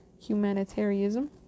humanitarianism